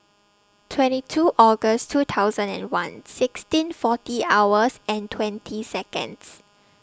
twenty two August two thousand and one sixteen forty hours and twenty Seconds